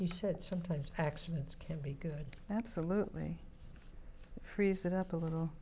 he said sometimes accidents can be good absolutely freeze it up a little